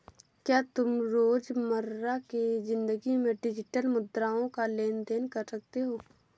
क्या तुम रोजमर्रा की जिंदगी में डिजिटल मुद्राओं का लेन देन कर सकते हो?